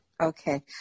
Okay